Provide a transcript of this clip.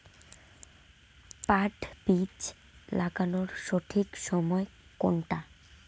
পাট বীজ লাগানোর সঠিক সময় কোনটা?